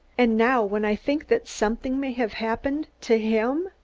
and now when i think that something may have happened to him!